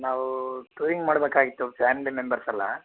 ನಾವು ಟೂರಿಂಗ್ ಮಾಡಬೇಕಾಗಿತ್ತು ಫ್ಯಾಮ್ಲಿ ಮೆಂಬರ್ಸೆಲ್ಲ